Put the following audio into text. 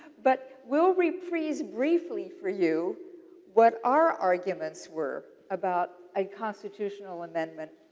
but, we'll reprise briefly for you what our arguments were about a constitutional amendment,